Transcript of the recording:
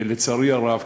ולצערי הרב,